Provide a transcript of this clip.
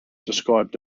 described